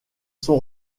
sont